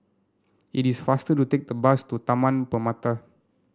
it is faster to take the bus to Taman Permata